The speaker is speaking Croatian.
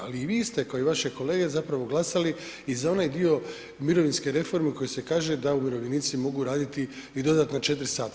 Ali i vi ste kao i vaše kolege zapravo glasali i za onaj dio mirovinske reforme koji se kaže da umirovljenici mogu raditi i dodatna 4 sata.